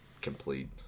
complete